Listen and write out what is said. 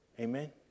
Amen